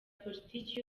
politiki